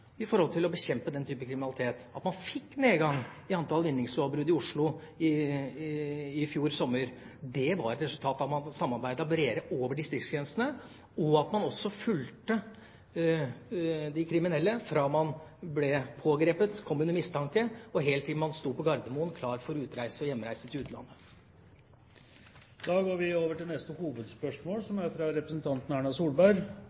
å bekjempe den type kriminalitet. Det at man fikk en nedgang i antall vinningslovbrudd i Oslo i fjor sommer, var et resultat av at man samarbeidet bredere over distriktsgrensene, og at man også fulgte de kriminelle fra man ble pågrepet, kom under mistanke og helt til man sto på Gardermoen klar for utreise til hjemlandet. Vi går videre til neste hovedspørsmål.